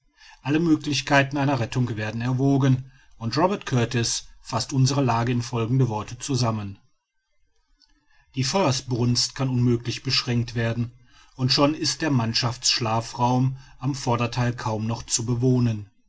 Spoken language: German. alle möglichkeiten einer rettung werden erwogen und robert kurtis faßt unsere lage in folgende worte zusammen die feuersbrunst kann unmöglich beschränkt werden und schon ist der mannschaftsschlafraum am vordertheil kaum noch zu bewohnen